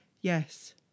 Yes